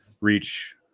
reach